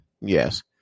yes